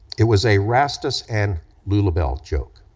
it was a rastus and lulabelle joke.